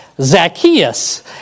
Zacchaeus